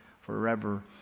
forever